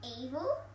Evil